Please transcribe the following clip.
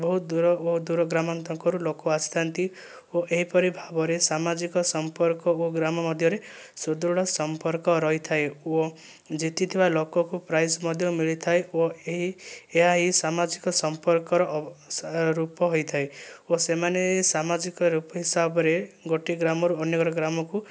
ବହୁତ ଦୂର ବହୁତ ଦୂର ଗ୍ରାମାନ୍ତାକରୁ ଲୋକ ଆସିଥାଆନ୍ତି ଓ ଏହିପରି ଭାବରେ ସାମାଜିକ ସମ୍ପର୍କକୁ ଗ୍ରାମ ମଧ୍ୟରେ ସୁଦୃଢ଼ ସମ୍ପର୍କ ରହିଥାଏ ଓ ଜିତିଥିବା ଲୋକକୁ ପ୍ରାଇଜ ମଧ୍ୟ ମିଳିଥାଏ ଓ ଏହି ଏହା ହିଁ ସାମାଜିକ ସମ୍ପର୍କର ରୂପ ହୋଇଥାଏ ଓ ସେମାନେ ସାମାଜିକ ରୂପ ହିସାବରେ ଗୋଟିଏ ଗ୍ରାମରୁ ଅନ୍ୟ ଗ୍ରାମକୁ